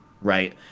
right